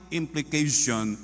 implication